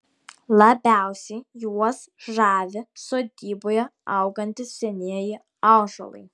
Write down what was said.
labiausiai juos žavi sodyboje augantys senieji ąžuolai